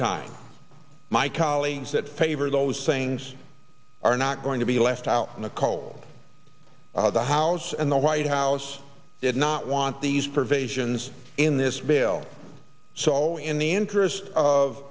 time my colleagues that favor those things are not going to be left out in the cold of the house and the white house did not want these provisions in this bill so in the interest of